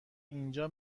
اینجا